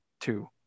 two